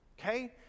Okay